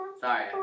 Sorry